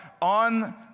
on